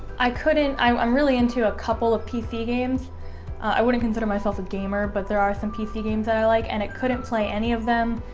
i couldn't i'm i'm really into a couple of pc games i wouldn't consider myself a gamer but there are some pc games that i like and it couldn't play any of them